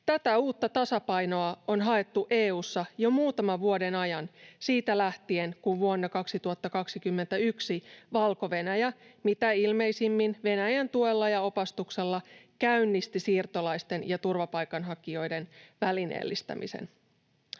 Tätä uutta tasapainoa on haettu EU:ssa jo muutaman vuoden ajan, siitä lähtien, kun vuonna 2021 Valko-Venäjä — mitä ilmeisimmin Venäjän tuella ja opastuksella — käynnisti siirtolaisten ja turvapaikanhakijoiden välineellistämisen.